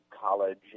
college